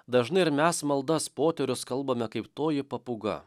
dažnai ir mes maldas poterius kalbame kaip toji papūga